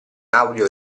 audio